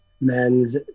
men's